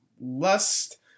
lust